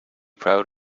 proud